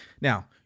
Now